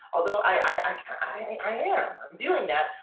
although i i mean kind of am, i'm doing that.